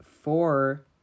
four